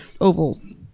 ovals